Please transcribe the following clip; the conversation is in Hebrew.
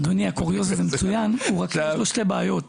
אדוני, הקוריוז הזה מצוין, אבל יש בו שתי בעיות.